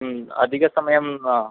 अधिकसमयं